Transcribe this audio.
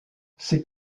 c’est